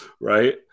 right